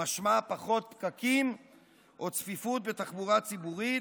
משמע פחות פקקים או צפיפות בתחבורה ציבורית,